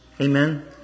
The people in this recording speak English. Amen